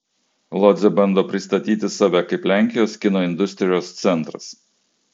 lodzė bando pristatyti save kaip lenkijos kino industrijos centras